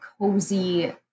cozy